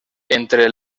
entre